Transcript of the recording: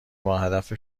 باهدف